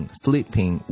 sleeping